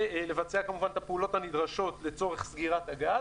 ולבצע כמובן את הפעולות הנדרשות לצורך סגירת הגז.